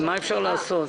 נו, מה לעשות.